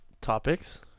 topics